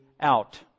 out